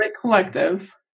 collective